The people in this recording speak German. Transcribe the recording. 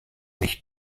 nicht